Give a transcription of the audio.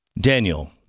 Daniel